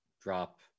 Drop